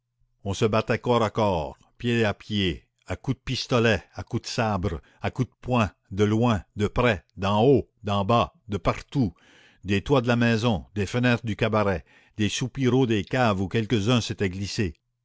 on se battait corps à corps pied à pied à coups de pistolet à coups de sabre à coups de poing de loin de près d'en haut d'en bas de partout des toits de la maison des fenêtres du cabaret des soupiraux des caves où quelques-uns s'étaient glissés